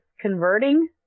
converting